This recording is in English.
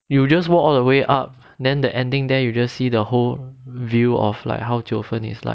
you just walk all the way up then the ending there you just see the whole view of like how 九分 is like